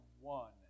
one